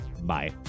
Bye